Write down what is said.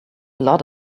lot